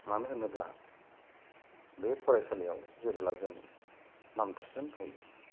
मानोहोनोब्ला बे फरायसालिआव जेबोला जों नाम थिसनहैयो